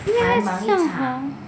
你看它一直这样红